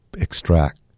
extract